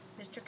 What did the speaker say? Mr